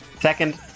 Second